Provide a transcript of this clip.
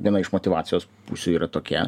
viena iš motyvacijos pusių yra tokia